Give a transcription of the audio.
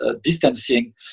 distancing